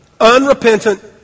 Unrepentant